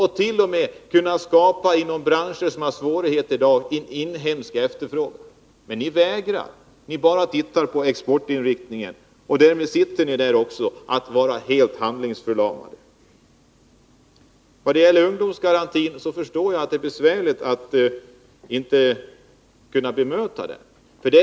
Inom branscher som i dag har svårigheter skulle vi t.o.m. kunna skapa en inhemsk efterfrågan. Men ni vägrar att göra någonting. Ni ser bara till exportinriktningen, och därmed är ni helt handlingsförlamade. Vidare förstår jag att det är besvärligt att inte kunna bemöta ungdomsgarantin.